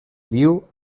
viu